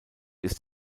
ist